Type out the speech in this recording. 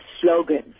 slogans